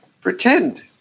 Pretend